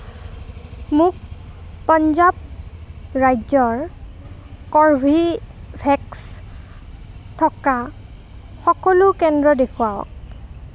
মোক পঞ্জাৱ ৰাজ্যৰ কৰ্বীভেক্স থকা সকলো কেন্দ্ৰ দেখুৱাওক